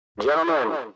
Gentlemen